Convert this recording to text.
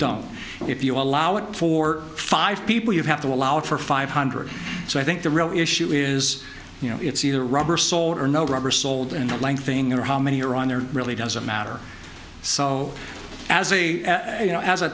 don't if you allow it for five people you have to allow it for five hundred or so i think the real issue is you know it's either rubber soled or no rubber soled in that length thing or how many you're on there really doesn't matter so as a